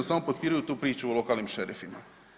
Samo potpiruju tu priču o lokalnim šerifima.